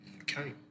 Okay